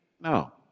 No